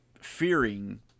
fearing